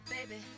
Baby